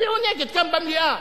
תצביעו נגד כאן במליאה,